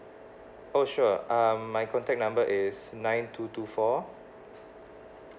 oh sure um my contact number is nine two two four